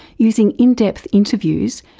using in depth interviews,